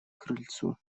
крыльцу